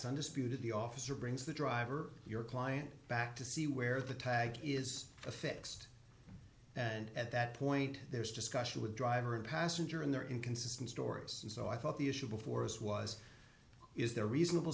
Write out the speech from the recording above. undisputed the officer brings the driver your client back to see where the tag is affixed and at that point there is discussion with driver and passenger in their inconsistent stories and so i thought the issue before us was is there reasonable